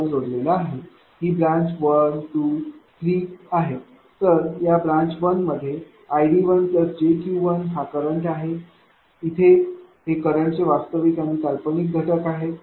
ही branch 1 branch 2 branch 3 आहे तर या ब्रांच 1 मध्ये id1jiq1हा करंट आहे इथे हे करंट चे वास्तविक आणि काल्पनिक घटक आहेत